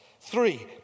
three